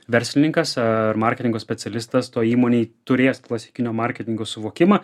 verslininkas ar marketingo specialistas toj įmonėj turės klasikinio marketingo suvokimą